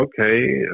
okay